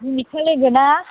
बिनिटा लोगो ना